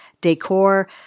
decor